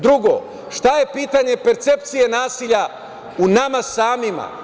Drugo, šta je pitanje percepcije nasilja u nama samima?